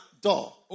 door